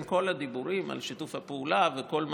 עם כל הדיבורים על שיתוף הפעולה הביטחוני,